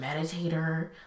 meditator